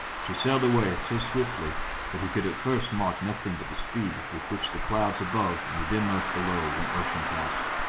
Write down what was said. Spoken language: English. she sailed away so swiftly that he could at first mark nothing but the speed with which the clouds above and the dim earth below went rushing past.